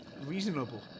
reasonable